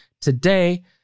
today